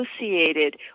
associated